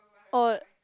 oh